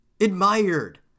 admired